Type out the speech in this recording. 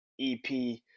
EP